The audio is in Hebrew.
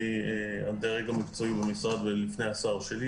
הדרג המקצועי במשרד ובפני שר הבריאות.